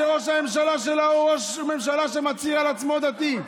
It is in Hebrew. שראש הממשלה שלה הוא ראש ממשלה שמצהיר על עצמו שהוא דתי,